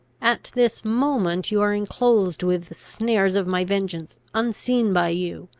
at this moment you are enclosed with the snares of my vengeance unseen by you,